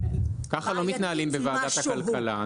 ככה לא מתנהלים בוועדת הכלכלה,